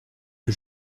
que